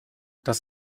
das